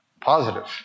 positive